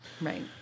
Right